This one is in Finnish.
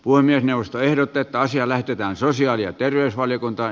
puhemiesneuvosto ehdottaa että asia lähetetään sosiaali ja terveysvaliokuntaan